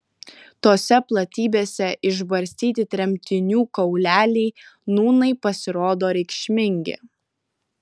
tose platybėse išbarstyti tremtinių kauleliai nūnai pasirodo reikšmingi